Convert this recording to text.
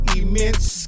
immense